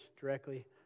directly